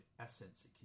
essence